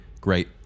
great